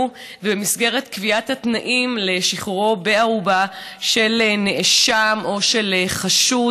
במסגרת קביעת התנאים לשחרורו בערובה של נאשם או של חשוד.